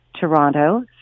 Toronto